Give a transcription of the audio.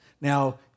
Now